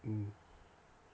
mm